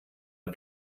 der